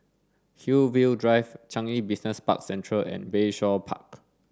Hillview Drive Changi Business Park Central and Bayshore Park